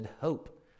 hope